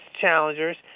challengers